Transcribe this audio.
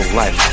life